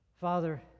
Father